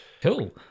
cool